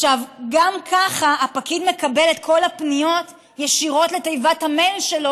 גם ככה הפקיד מקבל את כל הפניות ישירות לתיבת המייל שלו,